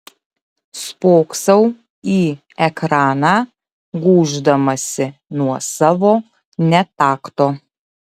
spoksau į ekraną gūždamasi nuo savo netakto